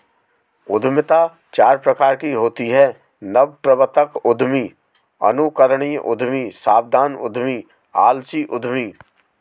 उद्यमिता चार प्रकार की होती है नवप्रवर्तक उद्यमी, अनुकरणीय उद्यमी, सावधान उद्यमी, आलसी उद्यमी